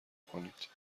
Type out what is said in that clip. کنید